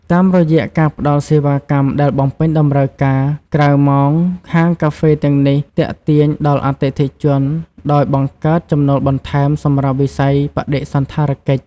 តាមរយៈការផ្តល់សេវាកម្មដែលបំពេញតម្រូវការក្រៅម៉ោង ហាងកាហ្វេទាំងនេះទាក់ទាញដល់អតិថិជន ដោយបង្កើត ចំណូលបន្ថែម សម្រាប់វិស័យបដិសណ្ឋារកិច្ច។